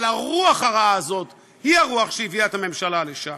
אבל הרוח הרעה הזאת היא הרוח שהביאה את הממשלה לשם.